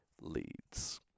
leads